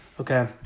Okay